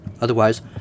Otherwise